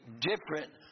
different